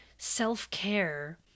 self-care